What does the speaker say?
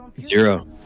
Zero